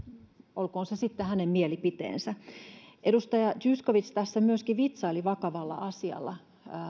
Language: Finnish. olkoon se sitten hänen mielipiteensä edustaja zyskowicz tässä myöskin vitsaili vakavalla asialla